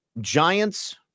giants